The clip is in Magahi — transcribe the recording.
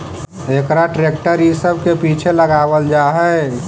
एकरा ट्रेक्टर इ सब के पीछे लगावल जा हई